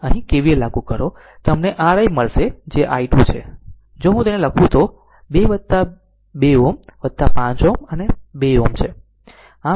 હવે અહીં KVL લાગુ કરો તમને r i મળશે જે i2 છે જો હું તેને લખું તો તે 2 2 Ω 5 Ω 2 Ω છે